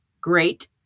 great